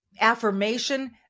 affirmation